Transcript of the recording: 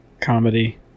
Comedy